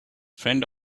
friend